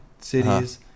cities